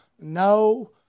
no